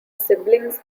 siblings